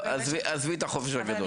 עזבי את החופש הגדול, בסדר?